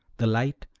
the light,